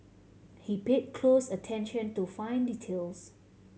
he paid close attention to fine details